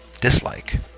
dislike